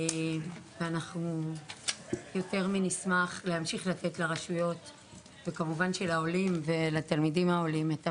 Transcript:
אנחנו יותר מנשמח להמשיך לתת לעולים ולתלמידים העולים כמובן,